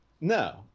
No